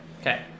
Okay